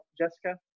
Jessica